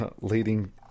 leading